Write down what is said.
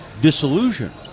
disillusioned